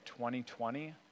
2020